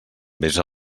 besa